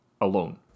alone